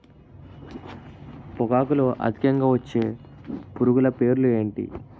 పొగాకులో అధికంగా వచ్చే పురుగుల పేర్లు ఏంటి